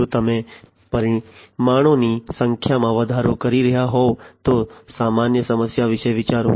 જો તમે પરિમાણોની સંખ્યામાં વધારો કરી રહ્યાં હોવ તો સમાન સમસ્યા વિશે વિચારો